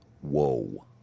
whoa